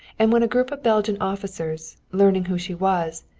and when a group of belgian officers, learning who she was,